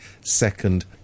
second